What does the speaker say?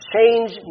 Change